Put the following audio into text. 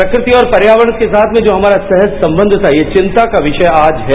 प्रकृति और पर्यावरण के साथ में जो हमारा सहज संबंध था ये चिंता का विषय आज है